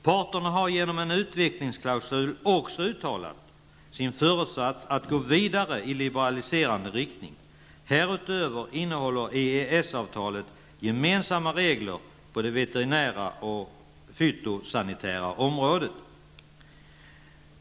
Parterna har genom en utvecklingsklausul också uttalat sin föresats att gå vidare i liberaliserande riktning. Härutöver innehåller EES-avtalet gemensamma regler på det veterinära och fytosanitära området.